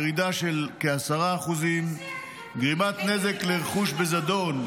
ירידה של כ-10%; גרימת נזק לרכוש בזדון,